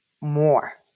more